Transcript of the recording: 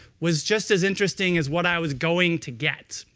was just as interesting as what i was going to get.